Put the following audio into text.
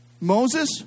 Moses